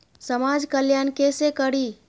समाज कल्याण केसे करी?